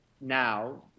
now